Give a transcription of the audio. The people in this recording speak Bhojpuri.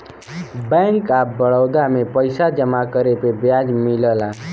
बैंक ऑफ बड़ौदा में पइसा जमा करे पे ब्याज मिलला